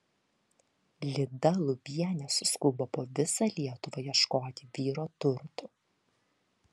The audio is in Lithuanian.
lyda lubienė suskubo po visą lietuvą ieškoti vyro turtų